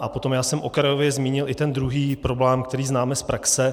A potom, já jsem okrajově zmínil i ten druhý problém, který známe z praxe.